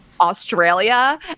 Australia